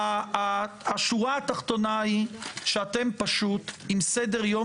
השורה התחתונה היא שאתם פשוט עם סדר יום